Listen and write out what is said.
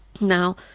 Now